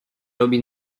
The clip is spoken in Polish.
robi